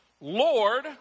Lord